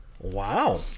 Wow